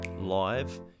live